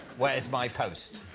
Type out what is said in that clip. where's my post?